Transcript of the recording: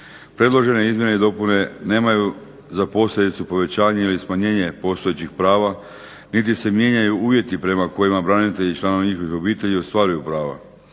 Predložene izmjene i dopune nemaju za posljedicu povećanje ili smanjenje postojećih prava niti se mijenjaju uvjeti prema kojima branitelji i članovi njihovih obitelji ostvaruju prava.